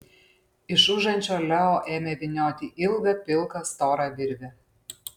iš užančio leo ėmė vynioti ilgą pilką storą virvę